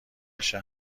بشه